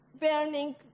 burning